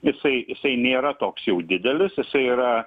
jisai jisai nėra toks jau didelis jisai yra